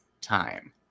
time